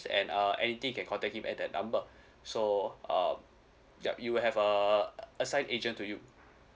and uh anything you can contact him at that number so uh yup you will have uh assign agent to you